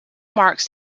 marks